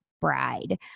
Bride